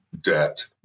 debt